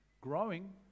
growing